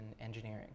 engineering